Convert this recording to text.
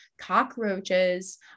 cockroaches